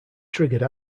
triggered